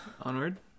Onward